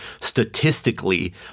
statistically